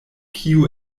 kiu